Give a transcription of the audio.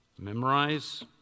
Memorize